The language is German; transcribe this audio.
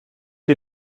die